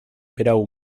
berau